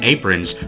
Aprons